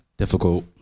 difficult